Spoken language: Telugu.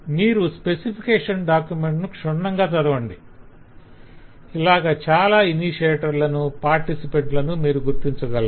మీరు స్పెసిఫికేషన్ డాక్యుమెంట్ ను క్షుణ్ణంగా చదవండి ఇలాగా చాల ఇనిషియేటర్లను పార్టిసిపాంట్లను మీరు గుర్తించగలరు